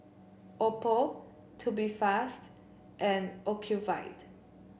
Oppo Tubifast and Ocuvite